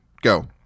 go